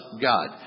God